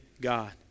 God